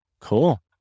Cool